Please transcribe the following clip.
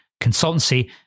consultancy